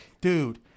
dude